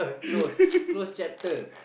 close close chapter